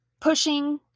pushing